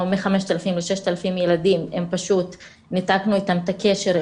5,000-6,000 ילדים פשוט ניתקנו איתם את הקשר,